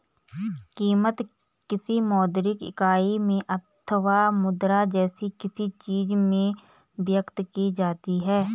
कीमत, किसी मौद्रिक इकाई में अथवा मुद्रा जैसी किसी चीज में व्यक्त की जाती है